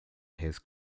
his